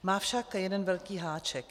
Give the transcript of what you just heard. Má však jeden velký háček.